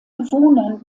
bewohnern